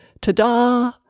Ta-da